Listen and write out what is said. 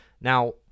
Now